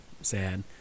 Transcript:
Sad